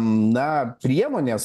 na priemonės